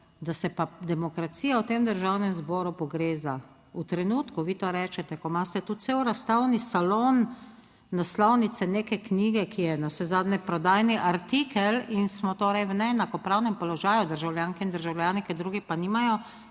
da se pa demokracija v tem Državnem zboru pogreza v trenutku, vi to rečete, ko imate tudi cel razstavni salon naslovnice neke knjige, ki je navsezadnje prodajni artikel in smo torej v neenakopravnem položaju državljanke in državljani, ker drugi pa nimajo